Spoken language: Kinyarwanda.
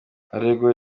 aribwo